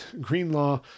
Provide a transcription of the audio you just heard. Greenlaw